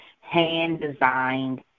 hand-designed